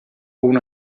una